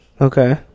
Okay